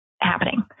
happening